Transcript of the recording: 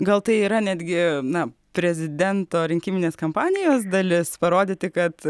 gal tai yra netgi na prezidento rinkiminės kampanijos dalis parodyti kad